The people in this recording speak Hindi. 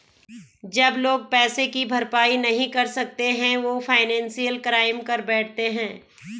जब लोग पैसे की भरपाई नहीं कर सकते वो फाइनेंशियल क्राइम कर बैठते है